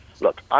look